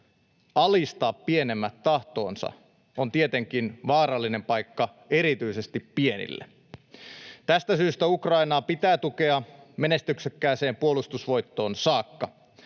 alistaa pienemmät tahtoonsa, on tietenkin vaarallinen paikka erityisesti pienille. Tästä syystä Ukrainaa pitää tukea menestyksekkääseen puolustusvoittoon saakka.